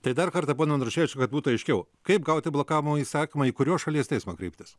tai dar kartą pone naruševičiau kad būtų aiškiau kaip gauti blokavimo įsakymą į kurios šalies teismą kreiptis